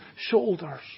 shoulders